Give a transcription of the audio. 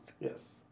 Yes